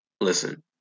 listen